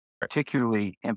particularly